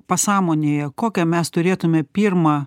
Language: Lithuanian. pasąmonėje kokią mes turėtume pirmą